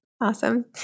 awesome